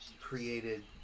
created